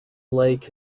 lake